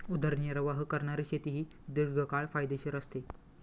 उदरनिर्वाह करणारी शेती ही दीर्घकाळ फायदेशीर असते